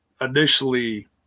initially